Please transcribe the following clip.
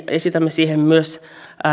esitämme siihen myös